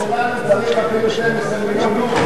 בשביל ה"ברוך" שלנו צריך אפילו 12 מיליון יורו.